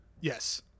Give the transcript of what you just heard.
Yes